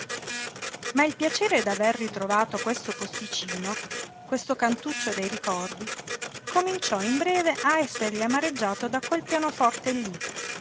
ma il piacere d'aver ritrovato questo posticino questo cantuccio dei ricordi cominciò in breve a essergli amareggiato da quel pianoforte lí